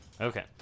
Okay